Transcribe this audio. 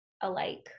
alike